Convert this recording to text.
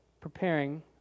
preparing